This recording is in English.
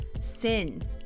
sin